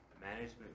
management